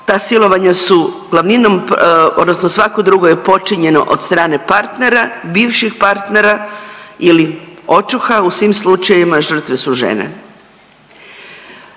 ta silovanja su glavninom odnosno svako drugo je počinjeno od strane partnera, bivših partnera ili očuha u svim slučajevima žrtve su žene.